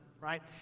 right